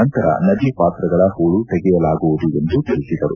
ನಂತರ ನದಿ ಪಾತ್ರಗಳ ಹೂಳು ಹೊರತೆಗೆಯಲಾಗುವುದು ಎಂದು ತಿಳಿಸಿದರು